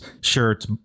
shirt's